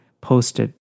post-it